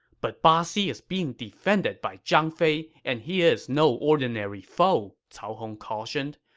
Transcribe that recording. but baxi is being defended by zhang fei, and he is no ordinary foe, cao hong cautioned.